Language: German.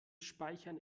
speichern